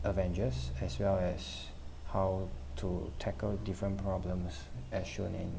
avengers as well as how to tackle different problems as shown in